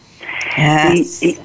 Yes